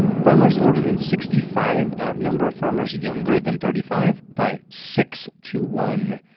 farmers older than sixty five outnumber farmers younger than thirty five by six to one,